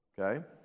okay